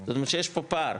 זאת אומרת שיש פה פער,